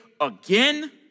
again